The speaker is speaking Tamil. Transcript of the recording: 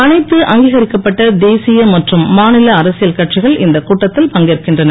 அனைத்து அங்கீகரிக்கப்பட்ட தேசிய மற்றும் மாநில அரசியல் கட்சிகள் இந்த கூட்டத்தில் பங்கேற்கின்றன